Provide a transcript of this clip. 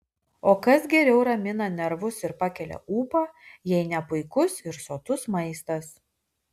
o kas geriau ramina nervus ir pakelia ūpą jei ne puikus ir sotus maistas